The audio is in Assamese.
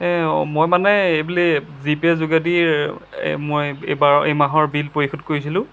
অঁ মই মানে এইবুলি জি পে' যোগেদি এই মই এবাৰ এই মাহৰ বিল পৰিশোধ কৰিছিলোঁ